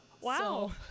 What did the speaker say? wow